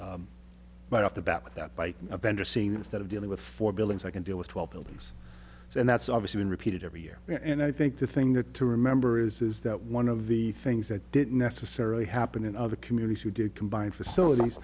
but off the bat that by a bender seen instead of dealing with four buildings i can deal with twelve buildings and that's obviously been repeated every year and i think the thing that to remember is that one of the things that didn't necessarily happen in other communities who did combine facilities